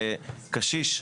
בקשיש,